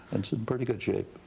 and it's in pretty good shape.